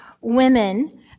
women